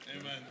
Amen